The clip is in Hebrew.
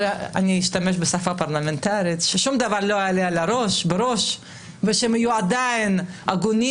אשתמש בשפה הפרלמנטרית ששום דבר לא יעלה לראש ושיהיו עדיין הגונים